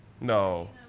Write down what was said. No